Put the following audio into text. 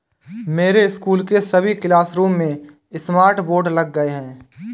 मेरे स्कूल के सभी क्लासरूम में स्मार्ट बोर्ड लग गए हैं